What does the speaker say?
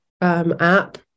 App